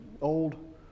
old